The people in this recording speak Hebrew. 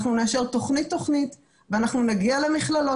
אנחנו נאשר תוכנית תוכנית ואנחנו נגיע למכללות,